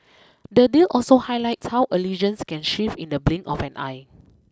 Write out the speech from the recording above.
the deal also highlights how allegiances can shift in the blink of an eye